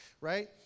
right